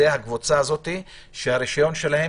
הקבוצה של אלה שצריך לחדש את הרישיון שלהם,